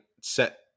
set